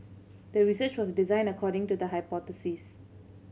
the research was designed according to the hypothesis